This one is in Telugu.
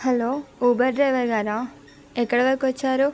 హలో ఊబర్ డ్రైవర్గారా ఎక్కడ వరకు వచ్చారు